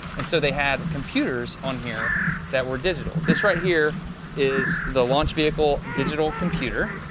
and so they had computers on here that were digital. this right here is the launch vehicle digital computer.